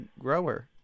grower